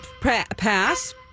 Pass